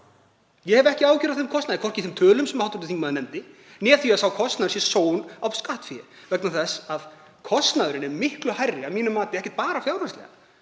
Ég hef ekki áhyggjur af þeim kostnaði, hvorki þeim tölum sem hv. þingmaður nefndi, né því að sá kostnaður sé sóun á skattfé, vegna þess að kostnaðurinn er miklu hærri að mínu mati, ekki bara fjárhagslega,